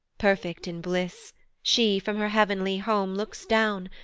perfect in bliss she from her heav'nly home looks down,